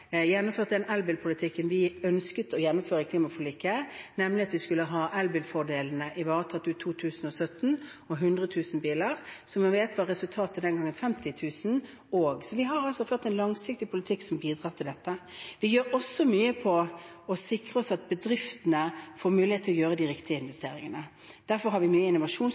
den elbilpolitikken vi ønsket i klimaforliket, nemlig at vi skulle ha elbilfordelene ivaretatt ut 2017 og for 100 000 biler. Som vi vet, var resultatet den gangen 50 000 biler. Vi har altså ført en langsiktig politikk som bidrar til dette. Vi gjør også mye for å sikre oss at bedriftene får mulighet til å gjøre de riktige investeringene. Derfor har vi